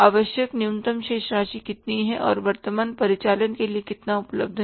आवश्यक न्यूनतम शेष राशि कितनी है और वर्तमान परिचालन के लिए कितना उपलब्ध है